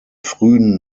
frühen